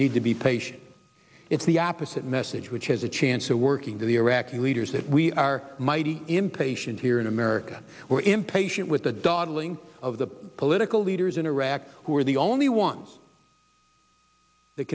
need to be patient it's the opposite message which has a chance of working to the iraqi leaders that we are mighty impatient here in america we're impatient with the dawdling of the political leaders in iraq who are the only ones that